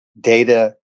data